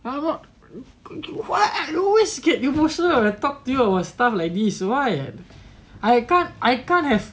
what why I always scared you emotional talk to you about stuff like this why I can't I can't have